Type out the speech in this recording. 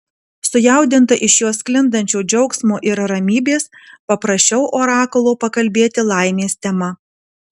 sujaudinta iš jo sklindančio džiaugsmo ir ramybės paprašiau orakulo pakalbėti laimės tema